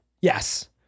Yes